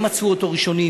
הם מצאו אותו ראשונים,